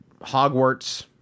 Hogwarts